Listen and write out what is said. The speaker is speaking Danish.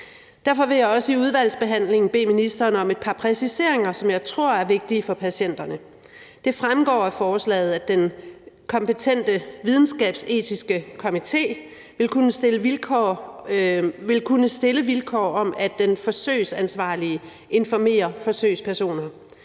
Derfor vil jeg også i udvalgsbehandlingen bede ministeren om et par præciseringer, som jeg tror er vigtige for patienterne. Det fremgår af forslaget, at den kompetente videnskabsetiske komité vil kunne stille vilkår om, at den forsøgsansvarlige informerer forsøgspersonerne.